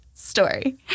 story